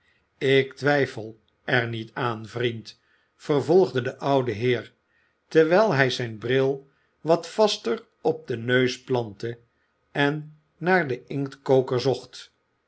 ik twijfel er niet aan vriend vervolgde de oude heer terwijl hij zijn bril wat vaster op den neus plantte en naar den inktkoker zocht